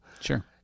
Sure